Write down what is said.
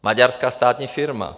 Maďarská státní firma.